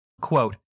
Quote